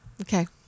okay